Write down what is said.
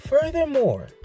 Furthermore